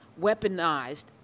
weaponized